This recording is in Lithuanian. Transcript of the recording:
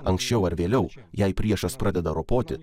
anksčiau ar vėliau jei priešas pradeda ropoti